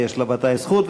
ויש לה ודאי זכות.